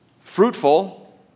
fruitful